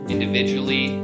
individually